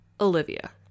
Olivia